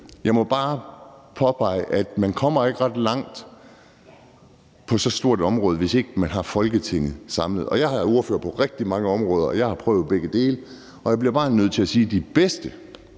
Jeg må bare påpege, at man ikke kommer ret langt på så stort et område, hvis ikke man har et samlet Folketing med. Jeg er ordfører på rigtig mange områder, og jeg har prøvet begge dele, og jeg bliver bare nødt til at sige, at de bedste